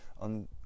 on